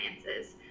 finances